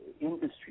industry